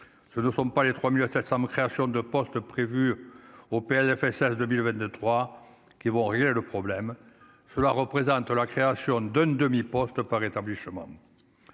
ce ne sont pas les 3700 créations de postes prévues au PLFSS 2023 qui vont régler le problème, cela représente la création d'une demi-poste par établissement